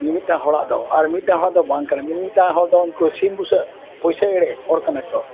ᱢᱤ ᱢᱤᱜᱴᱟᱝ ᱦᱚᱲᱟᱜ ᱫᱚ ᱟᱨ ᱢᱤᱫᱴᱟᱝ ᱦᱚᱲᱟᱜ ᱫᱚ ᱵᱟᱝ ᱠᱟᱱᱟ ᱢᱤᱫᱴᱟᱝ ᱦᱚᱲ ᱫᱚ ᱩᱱᱠᱩ ᱥᱤᱢ ᱵᱩᱥᱟᱹᱜ ᱯᱚᱭᱥᱟ ᱮᱲᱮ ᱦᱚᱲ ᱠᱟᱱᱟ ᱠᱚ